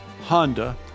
Honda